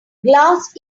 glass